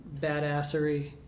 badassery